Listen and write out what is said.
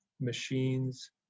machines